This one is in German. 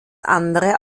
andere